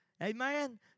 Amen